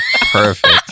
Perfect